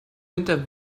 winter